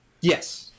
Yes